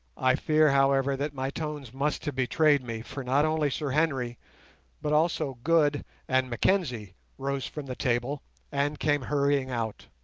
i fear, however, that my tones must have betrayed me, for not only sir henry but also good and mackenzie rose from the table and came hurrying out.